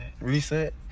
Reset